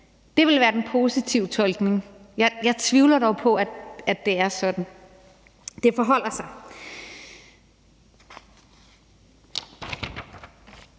Det ville være den positive tolkning. Jeg tvivler på, at det er sådan, det forholder sig.